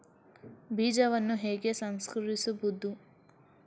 ಬೀಜವನ್ನು ಹೇಗೆ ಸಂಸ್ಕರಿಸುವುದು?